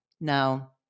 Now